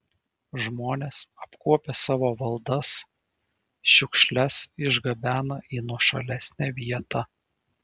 žmonės apkuopę savo valdas šiukšles išgabena į nuošalesnę vietą